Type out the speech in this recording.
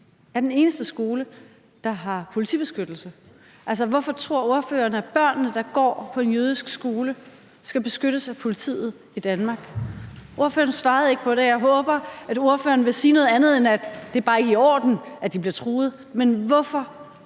er den eneste skole, der har politibeskyttelse? Altså, hvorfor tror ordføreren, at børnene, der går på en jødisk skole i Danmark, skal beskyttes af politiet? Ordføreren svarede ikke på det. Jeg håber, at ordføreren vil sige noget andet, end at det bare ikke er i orden, at de bliver truet. Hvem er